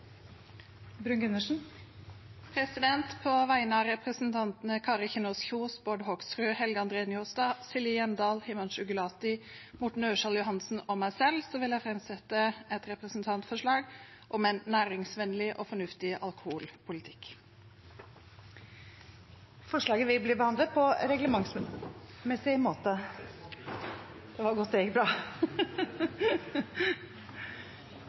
På vegne av representantene Kari Kjønaas Kjos, Bård Hoksrud, Helge André Njåstad, Silje Hjemdal, Himanshu Gulati, Morten Ørsal Johansen og meg selv vil jeg framsette et representantforslag om en næringsvennlig og fornuftig alkoholpolitikk. Forslaget vil bli behandlet på reglementsmessig måte.